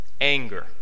anger